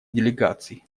делегаций